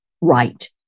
right